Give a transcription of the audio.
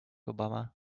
obama